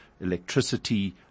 electricity